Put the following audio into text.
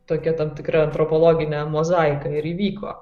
tokia tam tikra antropologinė mozaika ir įvyko